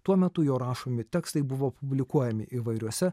tuo metu jo rašomi tekstai buvo publikuojami įvairiuose